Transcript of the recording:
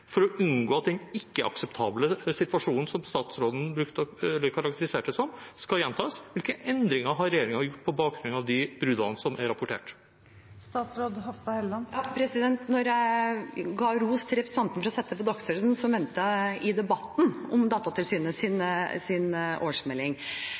for å unngå at den ikke-akseptable situasjonen, som statsråden karakteriserte det som, skal gjentas? Hvilke endringer har regjeringen gjort på bakgrunn av de bruddene som er rapportert? Da jeg ga ros til representanten for å sette det på dagsordenen, mente jeg i debatten om